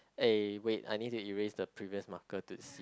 eh wait I need to erase the previous maker to see